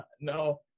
No